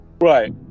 Right